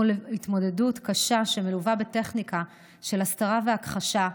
זו התמודדות קשה שמלווה בטכניקה של הסתרה והכחשה,